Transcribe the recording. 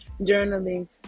journaling